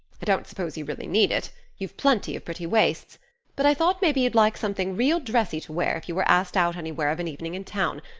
i don't suppose you really need it you've plenty of pretty waists but i thought maybe you'd like something real dressy to wear if you were asked out anywhere of an evening in town,